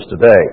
today